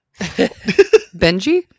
Benji